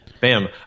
bam